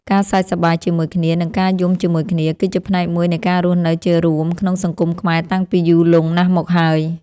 ការសើចសប្បាយជាមួយគ្នា និងការយំជាមួយគ្នា គឺជាផ្នែកមួយនៃការរស់នៅជារួមក្នុងសង្គមខ្មែរតាំងពីយូរលង់ណាស់មកហើយ។